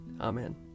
Amen